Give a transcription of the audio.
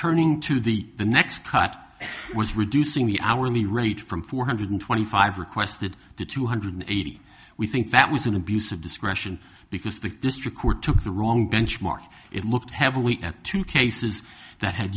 turning to the next cut was reducing the hourly rate from four hundred twenty five requested to two hundred eighty we think that was an abuse of discretion because the district court took the wrong benchmark it looked heavily at two cases that had